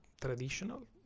traditional